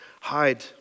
Hide